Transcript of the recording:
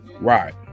Right